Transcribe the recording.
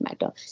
matter